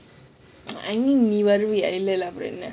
I mean நீ வருவிய இல்ல இல்ல அப்பிடி இல்ல:nee waruwiya illa illa appidi illa